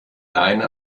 leine